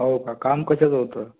हो का काम कशाचं होतं